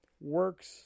Works